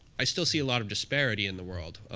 i still see a lot of disparity in the world.